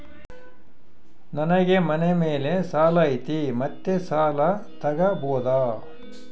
ನನಗೆ ಮನೆ ಮೇಲೆ ಸಾಲ ಐತಿ ಮತ್ತೆ ಸಾಲ ತಗಬೋದ?